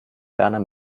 berner